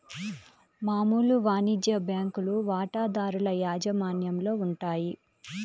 మామూలు వాణిజ్య బ్యాంకులు వాటాదారుల యాజమాన్యంలో ఉంటాయి